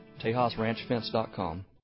TejasRanchFence.com